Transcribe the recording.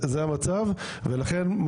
ולכן,